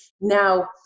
now